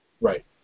right